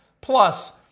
Plus